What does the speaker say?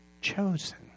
chosen